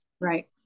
right